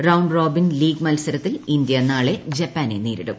round robin league മത്സരത്തിൽ India നാളെ ജപ്പാനെ നേരിടും